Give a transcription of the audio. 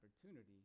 opportunity